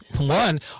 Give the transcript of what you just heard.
One